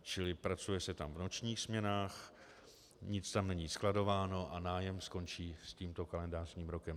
Čili pracuje se tam v nočních směnách, nic tam není skladováno a nájem skončí s tímto kalendářním rokem.